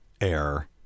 air